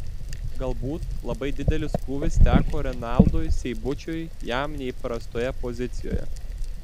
galbūt labai didelis krūvis teko renaldui seibučiui jam neįprastoje pozicijoje